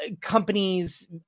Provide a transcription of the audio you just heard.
Companies